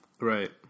Right